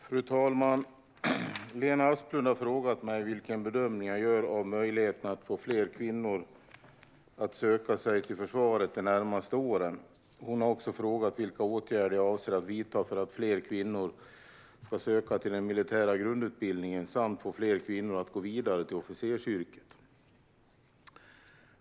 Svar på interpellationer Fru talman! Lena Asplund har frågat mig vilken bedömning jag gör av möjligheterna att få fler kvinnor att söka sig till försvaret de närmaste åren. Hon har också frågat vilka åtgärder jag avser att vidta för att fler kvinnor ska söka till den militära grundutbildningen och för att få fler kvinnor att gå vidare till officersyrket.